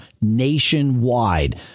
nationwide